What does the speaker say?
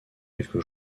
quelque